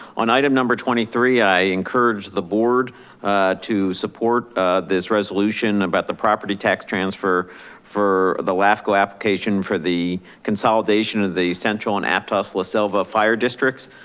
on item number twenty three, i encourage the board to support this resolution about the property tax transfer for the laughs go application for the consolidation of the central and aptos la selva fire districts.